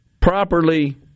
properly